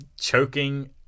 choking